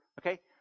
Okay